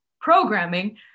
Programming